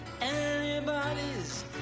anybody's